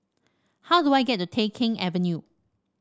how do I get the Tai Keng Avenue